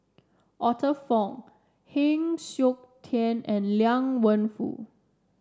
Arthur Fong Heng Siok Tian and Liang Wenfu